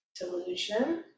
delusion